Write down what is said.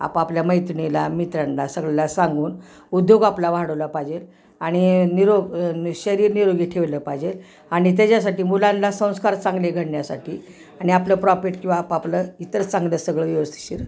आपापल्या मैत्रिणीला मित्रांला सगळयांना सांगून उद्योग आपला वाढवला पाहिजे आणि निरोग नि शरीर निरोगी ठेवलं पाहिजे आणि त्याच्यासाठी मुलांला संस्कार चांगले घडण्यासाठी आणि आपलं प्रॉफिट किंवा आपापलं इतर चांगलं सगळं व्य्वस्थिशीर